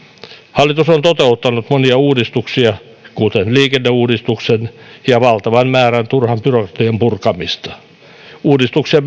hallitus on toteuttanut monia uudistuksia kuten liikenneuudistuksen ja valtavan määrän turhan byrokratian purkamista uudistuksia